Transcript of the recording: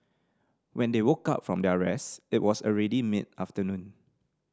when they woke up from their rest it was already mid afternoon